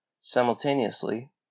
Simultaneously